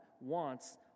wants